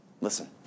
Listen